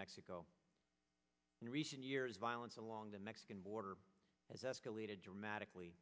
mexico in recent years violence along the mexican border has escalated dramatically